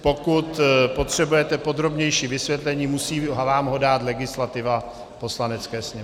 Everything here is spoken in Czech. Pokud potřebujete podrobnější vysvětlení, musí vám ho dát legislativa Poslanecké sněmovny.